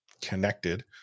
connected